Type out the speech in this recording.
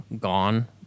gone